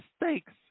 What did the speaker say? mistakes